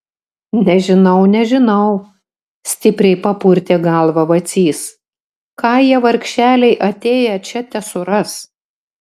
nežinau nežinau stipriai papurtė galvą vacys ką jie vargšeliai atėję čia tesuras